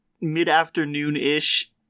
mid-afternoon-ish